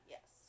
Yes